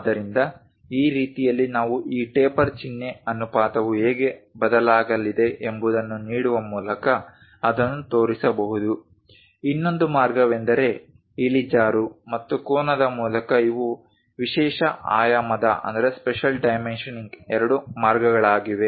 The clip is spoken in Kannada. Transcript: ಆದ್ದರಿಂದ ಈ ರೀತಿಯಲ್ಲಿ ನಾವು ಈ ಟಾಪರ್ ಚಿಹ್ನೆ ಅನುಪಾತವು ಹೇಗೆ ಬದಲಾಗಲಿದೆ ಎಂಬುದನ್ನು ನೀಡುವ ಮೂಲಕ ಅದನ್ನು ತೋರಿಸಬಹುದು ಇನ್ನೊಂದು ಮಾರ್ಗವೆಂದರೆ ಇಳಿಜಾರು ಮತ್ತು ಕೋನದ ಮೂಲಕ ಇವು ವಿಶೇಷ ಆಯಾಮದ ಎರಡು ಮಾರ್ಗಗಳಾಗಿವೆ